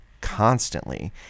constantly